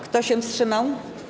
Kto się wstrzymał?